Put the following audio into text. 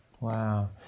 Wow